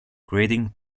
creating